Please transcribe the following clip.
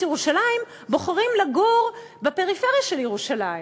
ירושלים בוחרים לגור בפריפריה של ירושלים.